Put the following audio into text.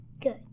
Good